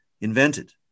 invented